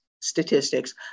statistics